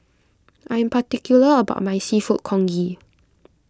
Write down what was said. I am particular about my Seafood Congee